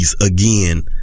again